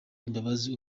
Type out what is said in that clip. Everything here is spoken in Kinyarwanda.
imbabazi